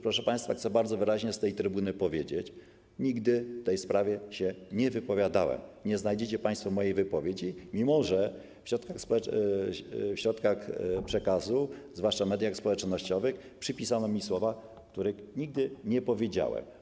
Proszę państwa, chcę bardzo wyraźnie z tej trybuny powiedzieć: nigdy w tej sprawie się nie wypowiadałem, nie znajdziecie państwo mojej wypowiedzi, mimo że w środkach przekazu, zwłaszcza w mediach społecznościowych, przypisano mi słowa, których nigdy nie powiedziałem.